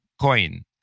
coin